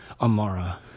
Amara